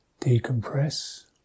decompress